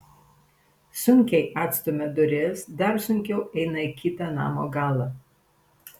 sunkiai atstumia duris dar sunkiau eina į kitą namo galą